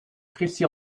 crécy